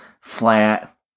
flat